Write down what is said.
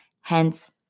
hence